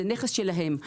זה נכס שלהם.